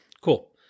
cool